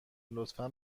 لطفا